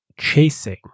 chasing